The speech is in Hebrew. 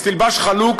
אז תלבש חלוק,